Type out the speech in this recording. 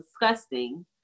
disgusting